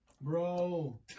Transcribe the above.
Bro